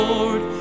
Lord